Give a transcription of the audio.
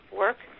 work